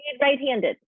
right-handed